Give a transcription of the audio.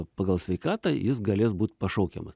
pagal sveikatą jis galės būt pašaukiamas